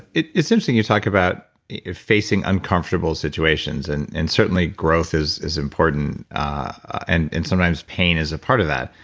it's it's interesting you talk about facing uncomfortable situations, and and certainly growth is is important. and and sometimes pain is a part of that.